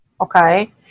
Okay